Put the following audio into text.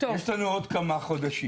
יש לנו עוד כמה חודשים.